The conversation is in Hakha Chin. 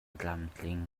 tlamtling